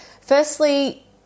Firstly